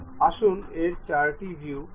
আসুন এই চারটি ভিউ ক্লিক করুন